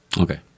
okay